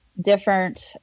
different